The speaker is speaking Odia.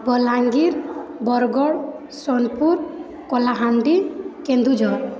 ବଲାଙ୍ଗୀର ବରଗଡ଼ ସୋନପୁର କଳାହାଣ୍ଡି କେନ୍ଦୁଝର